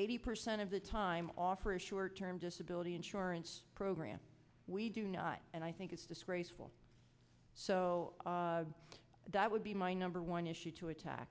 eighty percent of the time offer a short term disability insurance program we do not and i think it's disgraceful so that would be my number one issue to attack